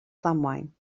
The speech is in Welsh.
ddamwain